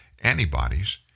antibodies